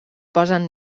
posen